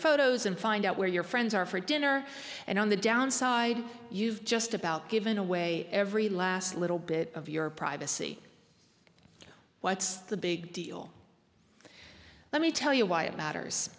photos and find out where your friends are for dinner and on the downside you've just about given away every last little bit of your privacy what's the big deal let me tell you why it matters